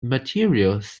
materials